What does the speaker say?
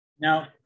Now